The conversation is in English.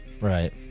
Right